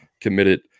committed